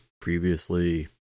previously